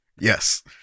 Yes